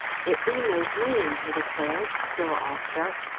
it be no dream! he declared, still awestruck.